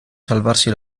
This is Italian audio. salvarsi